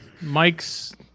Mike's